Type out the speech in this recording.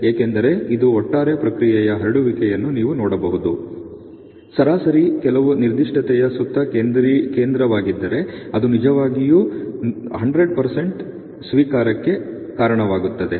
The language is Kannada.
ಏಕೆಂದರೆ ಇದು ಒಟ್ಟಾರೆ ಪ್ರಕ್ರಿಯೆಯ ಹರಡುವಿಕೆಯನ್ನು ನೀವು ನೋಡಬಹುದು ಸರಾಸರಿ ಕೆಲಸವು ನಿರ್ದಿಷ್ಟತೆಯ ಸುತ್ತ ಕೇಂದ್ರವಾಗಿದ್ದರೆ ಅದು ನಿಜವಾಗಿಯೂ ಸುಮಾರು 100 ಸ್ವೀಕಾರಕ್ಕೆ ಕಾರಣವಾಗುತ್ತದೆ